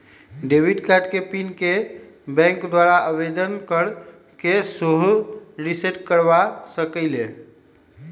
debit card के pin के bank द्वारा आवेदन कऽ के सेहो रिसेट करबा सकइले